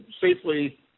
safely